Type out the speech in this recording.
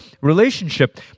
relationship